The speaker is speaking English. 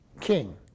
king